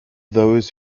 those